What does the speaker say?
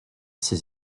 ses